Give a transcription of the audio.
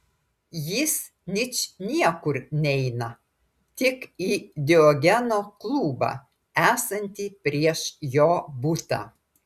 jis ničniekur neina tik į diogeno klubą esantį prieš jo butą